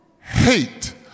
hate